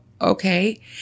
okay